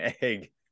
egg